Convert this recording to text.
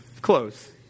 close